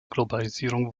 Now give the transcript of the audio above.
globalisierung